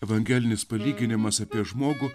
evangelinis palyginimas apie žmogų